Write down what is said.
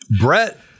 Brett